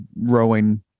rowing